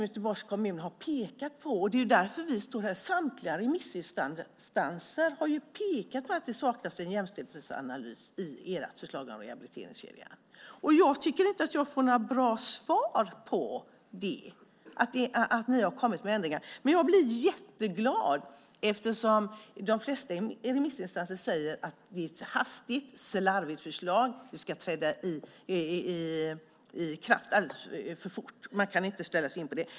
Göteborgs kommun och samtliga remissinstanser har pekat på att det saknas en jämställdhetsanalys i ert förslag till rehabiliteringskedja. Jag tycker inte att jag får några bra svar om att ni har kommit med ändringar. De flesta remissinstanserna säger att det är ett hastigt, slarvigt förslag. Det ska träda i kraft alldeles för snabbt.